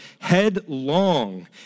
headlong